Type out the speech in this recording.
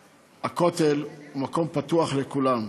הכותל הוא מקום פתוח לכולם.